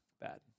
bad